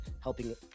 helping